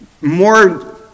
more